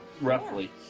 roughly